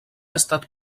estat